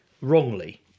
wrongly